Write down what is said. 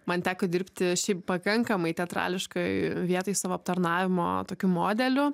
man teko dirbti šiaip pakankamai teatrališkoj vietoj savo aptarnavimo tokiu modeliu